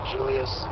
Julius